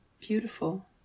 beautiful